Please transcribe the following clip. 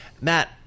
Matt